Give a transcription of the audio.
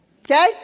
Okay